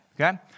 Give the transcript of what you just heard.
Okay